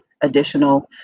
additional